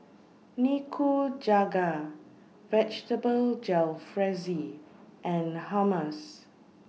Nikujaga Vegetable Jalfrezi and Hummus